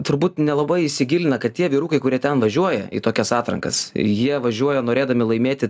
turbūt nelabai įsigilina kad tie vyrukai kurie ten važiuoja į tokias atrankas jie važiuoja norėdami laimėti